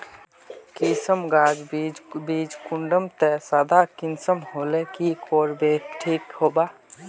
किसम गाज बीज बीज कुंडा त सादा किसम होले की कोर ले ठीक होबा?